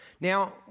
Now